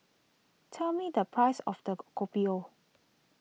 tell me the price of Kopi O